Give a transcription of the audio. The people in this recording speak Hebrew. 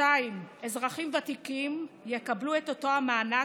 2. אזרחים ותיקים יקבלו את אותו מענק,